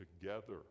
together